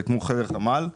זה כמו חדר חמ"ל.